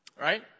right